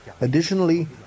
Additionally